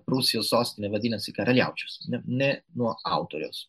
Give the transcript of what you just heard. prūsijos sostinė vadinasi karaliaučius ne nuo autorius